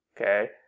Okay